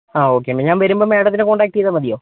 ആ ഓക്കെ പിന്നെ ഞാൻ വരുമ്പം മേഡത്തിനെ കോൺടാക്ട് ചെയ്താൽ മതിയോ